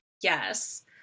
Yes